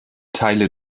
teile